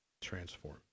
Transform